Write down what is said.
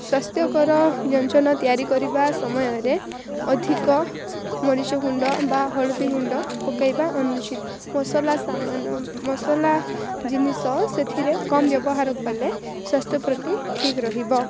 ସ୍ୱାସ୍ଥ୍ୟକର ବ୍ୟଞ୍ଜନ ତିଆରି କରିବା ସମୟରେ ଅଧିକ ମରିଚଗୁଣ୍ଡ ବା ହଳଦୀଗୁଣ୍ଡ ପକେଇବା ଅନୁଚିତ ମସଲା ସାମାନ୍ୟ ମସଲା ଜିନିଷ ସେଥିରେ କମ୍ ବ୍ୟବହାର କଲେ ସ୍ୱାସ୍ଥ୍ୟପ୍ରତି ଠିକ୍ ରହିବ